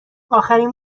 اخرین